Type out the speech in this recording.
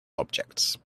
objects